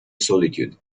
solitude